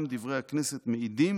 גם דברי הכנסת מעידים